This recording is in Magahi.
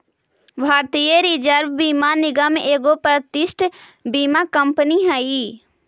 भारतीय जीवन बीमा निगम एगो प्रतिष्ठित बीमा कंपनी हई